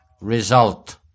result